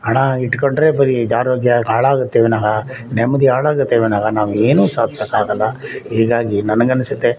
ಹಣ ಇಟ್ಕೊಂಡರೆ ಬರಿ ಇದು ಆರೋಗ್ಯ ಹಾಳಾಗುತ್ತೆ ವಿನಃ ನೆಮ್ಮದಿ ಹಾಳಾಗುತ್ತೆ ವಿನಃ ನಾವು ಏನೂ ಸಾಧ್ಸೋಕ್ಕೆ ಆಗೋಲ್ಲ ಹೀಗಾಗಿ ನನಗೆ ಅನ್ನಿಸುತ್ತೆ